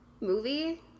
movie